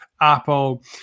Apple